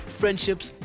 friendships